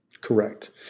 Correct